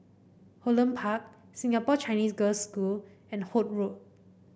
Holland Park Singapore Chinese Girls' School and Holt Road